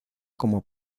como